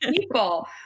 people